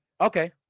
Okay